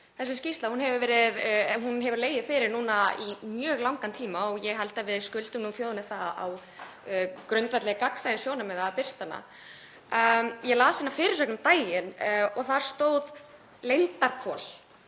Þessi skýrsla hefur legið fyrir núna í mjög langan tíma og ég held að við skuldum þjóðinni það, á grundvelli gagnsæissjónarmiða, að birta hana. Ég las eina fyrirsögn um daginn og þar stóð: Leyndarhvol.